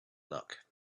luck